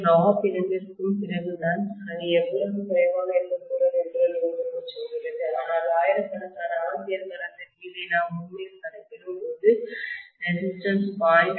இந்த டிராப் இரண்டிற்கும் பிறகுதான் அது எவ்வளவு குறைவாக இருக்கக்கூடும் என்று லோடுக்குச் செல்கிறது ஆனால் ஆயிரக்கணக்கான ஆம்பியர் கரெண்ட் க்கு இதை நாம் உண்மையில் கணக்கிடும்போது ரெசிஸ்டன்ஸ் 0